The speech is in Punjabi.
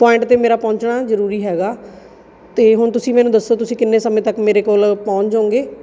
ਪੁਆਇੰਟ 'ਤੇ ਮੇਰਾ ਪਹੁੰਚਣਾ ਜ਼ਰੂਰੀ ਹੈਗਾ ਅਤੇ ਹੁਣ ਤੁਸੀਂ ਮੈਨੂੰ ਦੱਸੋ ਤੁਸੀਂ ਕਿੰਨੇ ਸਮੇਂ ਤੱਕ ਮੇਰੇ ਕੋਲ ਪਹੁੰਚ ਜਾਓਗੇ